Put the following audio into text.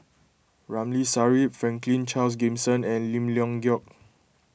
Ramli Sarip Franklin Charles Gimson and Lim Leong Geok